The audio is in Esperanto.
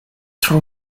tro